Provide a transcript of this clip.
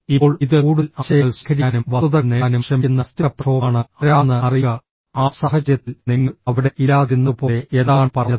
ഇപ്പോൾ ഇത് കൂടുതൽ ആശയങ്ങൾ ശേഖരിക്കാനും വസ്തുതകൾ നേടാനും ശ്രമിക്കുന്ന മസ്തിഷ്കപ്രക്ഷോഭമാണ് ആരാണെന്ന് അറിയുക ആ സാഹചര്യത്തിൽ നിങ്ങൾ അവിടെ ഇല്ലാതിരുന്നതുപോലെ എന്താണ് പറഞ്ഞത്